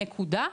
נקודה.